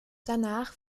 danach